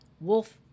Wolf